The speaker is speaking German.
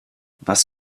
was